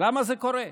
למה זה קורה?